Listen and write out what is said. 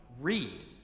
Read